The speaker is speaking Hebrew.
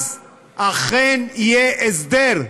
אז אכן יהיה הסדר,